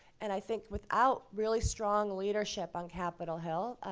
and i think without really strong leadership on capitol hill,